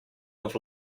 have